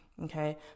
Okay